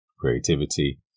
creativity